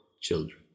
children